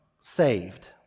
saved